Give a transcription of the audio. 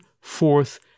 fourth